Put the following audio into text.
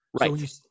Right